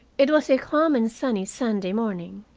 it was a calm and sunny sunday morning.